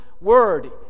word